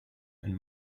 and